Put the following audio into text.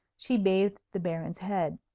she bathed the baron's head.